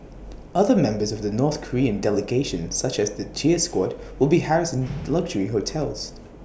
other members of the north Korean delegation such as the cheer squad will be housed in luxury hotels